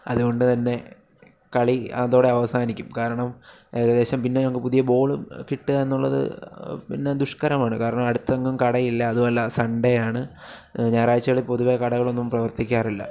അതുകൊണ്ട് തന്നെ കളി അതോടെ അവസാനിക്കും കാരണം ഏകദേശം പിന്നെ ഞങ്ങൾക്ക് പുതിയ ബോള് കിട്ടുക എന്നുള്ളത് പിന്നെ ദുഷ്കരമാണ് കാരണം അടുത്തെങ്ങും കടയില്ല അതുമല്ല സൺഡേ ആണ് ഞായറാഴ്ചകളിൽ പൊതുവെ കടകളൊന്നും പ്രവർത്തിക്കാറില്ല